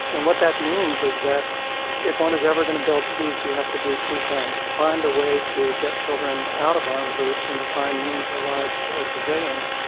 and what that means is that if one is ever going to build peace, you have to do two things. find a way to get children out of armed groups and to find meaningful lives as civilians.